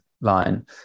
line